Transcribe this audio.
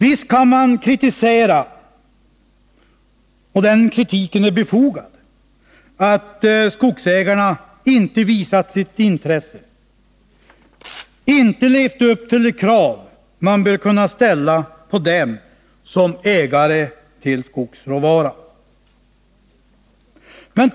Visst kan man kritisera — och kritiken är befogad — att skogsägarna inte har visat sitt intresse och inte levt upp till de krav man bör kunna ställa på dem som ägare till skogsråvara.